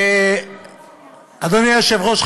אדוני היושב-ראש,